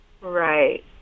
right